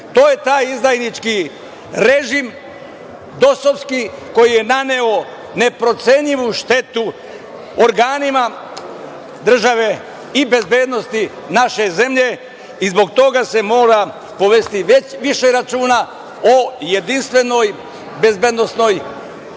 je taj izdajnički režim dosovski koji je naneo neprocenjivu štetu organima države i bezbednosti naše zemlje i zbog toga se mora povesti više računa o jedinstvenoj bezbednosnoj